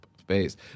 space